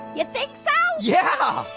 you think so? yeah!